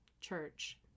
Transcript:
church